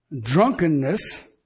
drunkenness